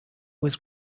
was